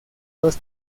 dos